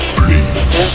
please